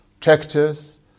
tractors